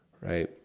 right